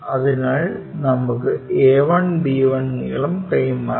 അതിനാൽ നമുക്ക് a1b1 നീളം കൈമാറാം